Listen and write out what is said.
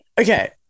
Okay